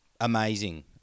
amazing